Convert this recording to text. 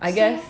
I guess